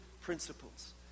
principles